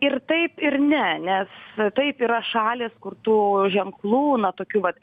ir taip ir ne nes taip yra šalys kur tų ženklų na tokių vat